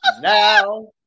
Now